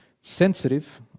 Sensitive